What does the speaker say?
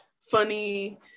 funny